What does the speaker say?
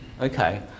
Okay